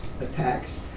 attacks